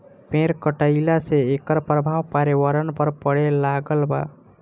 पेड़ कटईला से एकर प्रभाव पर्यावरण पर पड़े लागल बा